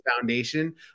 foundation